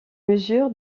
mesure